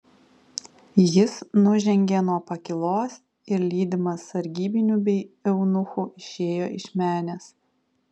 jis nužengė nuo pakylos ir lydimas sargybinių bei eunuchų išėjo iš menės